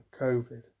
COVID